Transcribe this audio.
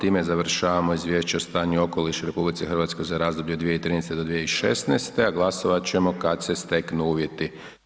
Time završavanje Izvješće o stanju okoliša u RH za razdoblje od 2013. do 2016. a glasovat ćemo kad se steknu uvjeti.